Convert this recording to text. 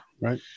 Right